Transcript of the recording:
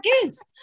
kids